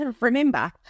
Remember